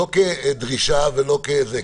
לא יהיה לא את זה ולא את זה.